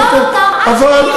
תפטור אותם עד שהם יתרחבו.